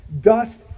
dust